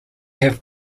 have